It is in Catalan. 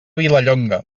vilallonga